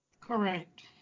Correct